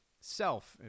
self